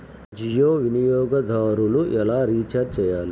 జియో వినియోగదారులు ఎలా రీఛార్జ్ చేయాలి?